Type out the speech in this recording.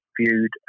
viewed